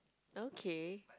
okay